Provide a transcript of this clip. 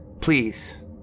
Please